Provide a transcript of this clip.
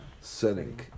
setting